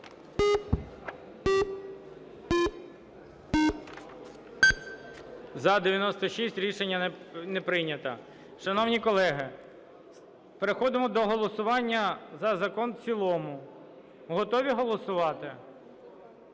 За-96 Рішення не прийнято. Шановні колеги, переходимо до голосування за закон в цілому. Готові головувати?